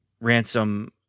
ransom